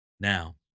Now